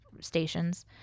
stations